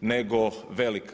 nego velika.